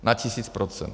Na tisíc procent.